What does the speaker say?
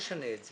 נשנה את זה.